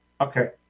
Okay